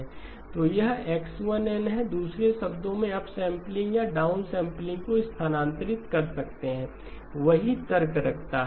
तो यह X1n है दूसरे शब्दों में अपसैंपलिंग या डाउनसैंपलिंग को स्थानांतरित कर सकते हैं वही तर्क रखता है